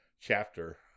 chapter